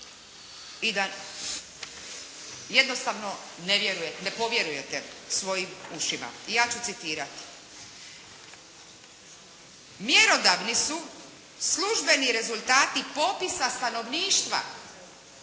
i da jednostavno ne povjerujete svojim ušima. I ja ću citirati: "Mjerodavni su službeni rezultati popisa stanovništva